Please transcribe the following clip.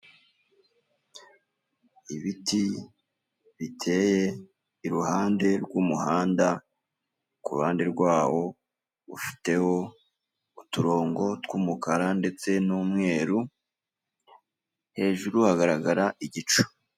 Ibiti biteye iruhande rw'umuhanda ku ruhande rwawo ufiteho uturongo twumukara ndetse n'umweru hejuru hagaragara igicu.